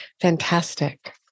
fantastic